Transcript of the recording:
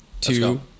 two